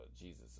Jesus